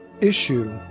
issue